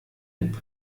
hip